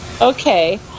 Okay